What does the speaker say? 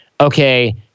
okay